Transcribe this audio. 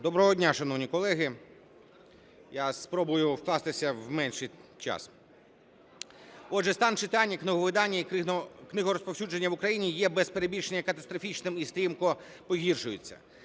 Доброго дня, шановні колеги! Я спробую вкластися в менший час. Отже, стан читання, книговидання і книгорозповсюдження в Україні є, без перебільшення, катастрофічним і стрімко погіршується: